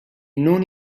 non